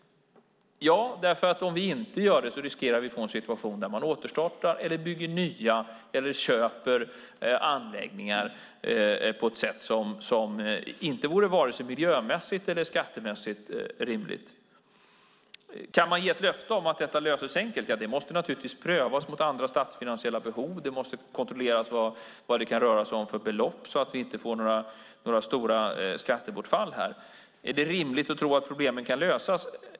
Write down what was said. Ja, om vi inte gör det riskerar vi att få en situation där man återstartar, bygger nya eller köper anläggningar på ett sätt som inte vore vare sig miljömässigt eller skattemässigt rimligt. Kan man ge ett löfte om att detta löses enkelt? Det måste naturligtvis prövas mot andra statsfinansiella behov. Det måste kontrolleras vilka belopp det kan röra sig om, så att vi inte får några stora skattebortfall. Är det rimligt att tro att problemen kan lösas?